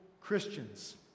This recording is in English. Christians